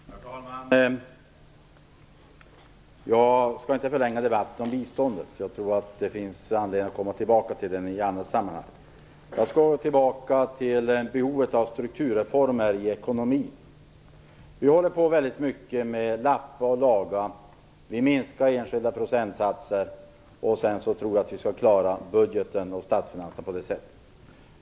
Herr talman! Jag skall inte förlänga debatten om biståndet. Jag tror att det finns anledning att komma tillbaks till den i annat sammanhang. Jag skall i stället gå tillbaka till behovet av strukturreformer i ekonomin. Vi har hållit på mycket med att lappa och laga och har gått in på minskningar med enskilda procentenheter för att på det sättet försöka klara budgeten och statsfinanserna.